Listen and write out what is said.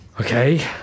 Okay